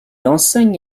enseigne